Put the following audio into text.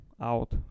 out